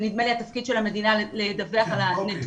נדמה לי שזה התפקיד של המדינה לדווח את הנתונים.